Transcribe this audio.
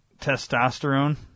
testosterone